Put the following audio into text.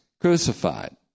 crucified